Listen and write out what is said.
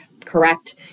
correct